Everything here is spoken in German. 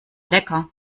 lecker